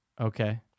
Okay